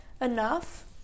enough